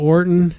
Orton